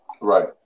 Right